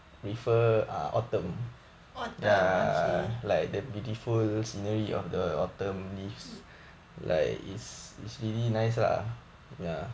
autumn okay